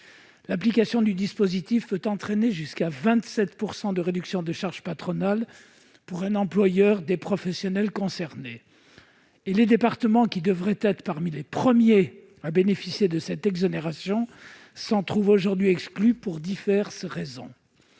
L'application du dispositif peut entraîner jusqu'à 27 % de réduction de charges patronales pour un employeur des professionnels concernés, et les départements, qui devraient être parmi les premiers à bénéficier de cette exonération, s'en trouvent aujourd'hui exclus pour diverses raisons.